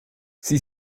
sie